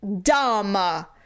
Dumb